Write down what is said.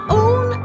own